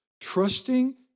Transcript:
Trusting